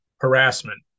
harassment